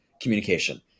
communication